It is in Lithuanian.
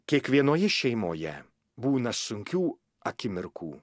kiekvienoje šeimoje būna sunkių akimirkų